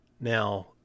Now